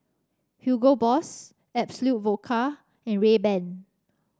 Hugo Boss Absolut Vodka and Rayban